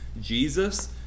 Jesus